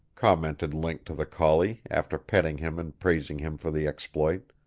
commented link to the collie, after petting him and praising him for the exploit.